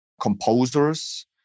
composers